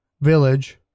village